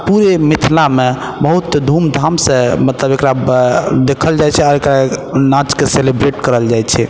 पूरे मिथिलामे बहुत धूमधाम से मतलब एकरा देखल जाइ छै आओर एकर नाचके सेलीब्रेट कयल जाइ छै